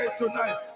tonight